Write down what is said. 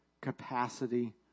capacity